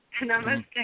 Namaste